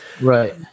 Right